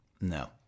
no